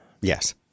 Yes